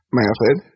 method